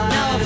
Now